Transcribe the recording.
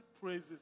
praises